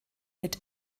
mit